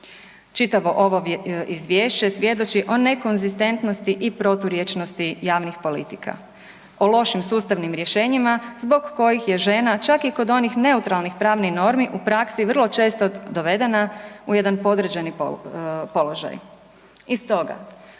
Čitavo ovo izvješće svjedoči o nekonzistentnosti i proturječnosti javnih politika, o lošim sustavnim rješenjima zbog kojih je žena, čak i kod onih neutralnih pravnih normi, u praksi vrlo često dovedena u jedan podređeni položaj.